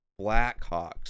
Blackhawks